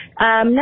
now